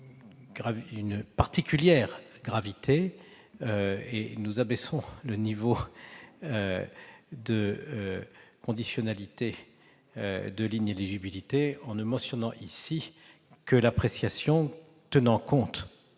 de particulière gravité, nous abaissons ici le niveau de conditionnalité de l'inéligibilité en ne mentionnant que l'appréciation de la